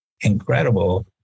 incredible